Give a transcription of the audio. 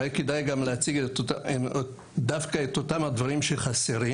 אולי כדאי להציג דווקא את אותם דברים שחסרים.